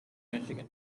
michigan